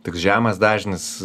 tik žemas dažnis